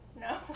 No